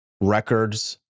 records